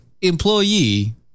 employee